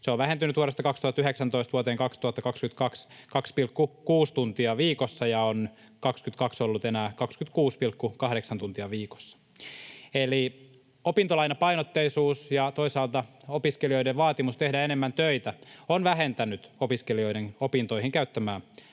Se on vähentynyt vuodesta 2019 vuoteen 2022 2,6 tuntia viikossa, ja on vuonna 22 ollut enää 26,8 tuntia viikossa. Eli opintolainapainotteisuus ja toisaalta opiskelijoiden vaatimus tehdä enemmän töitä ovat vähentäneet opiskelijoiden opintoihin käyttämää